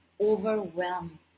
overwhelm